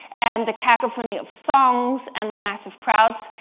and the cacophony of songs and the massive crowds.